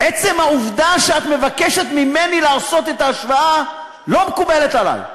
עצם העובדה שאת מבקשת ממני לעשות את ההשוואה לא מקובלת עלי.